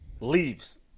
leaves